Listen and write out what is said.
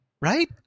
Right